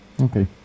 Okay